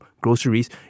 groceries